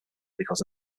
because